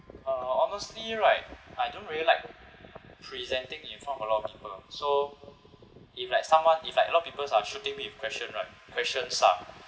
uh honestly right I don't really like presenting in front of a lot of people so if like someone if like a lot of people are shooting me with question right questions lah